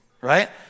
right